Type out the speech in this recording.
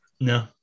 No